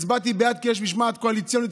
הצבעתי בעד כי יש משמעת קואליציונית,